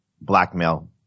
blackmail